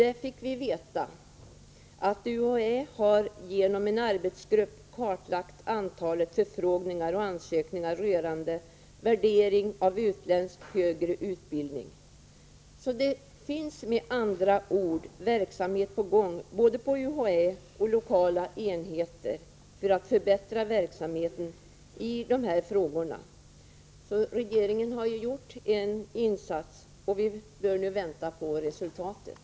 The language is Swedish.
Där fick vi veta att UHÄ genom en arbetsgrupp har kartlagt antalet förfrågningar och ansökningar rörande värdering av utländsk högre utbildning. Det finns med andra ord verksamhet på gång både inom UHÄ och lokala enheter för att förbättra verksamheten rörande de här frågorna. Regeringen har gjort en insats, och vi bör nu vänta på resultatet.